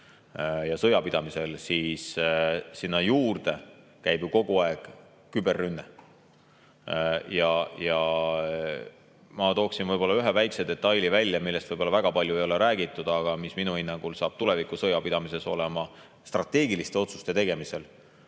ja sõjapidamisel, käib sinna juurde kogu aeg küberrünne. Ja ma tooksin võib-olla ühe väikese detaili, millest väga palju ei ole räägitud, aga mis minu hinnangul hakkab tuleviku sõjapidamises olema strateegiliste otsuste tegemisel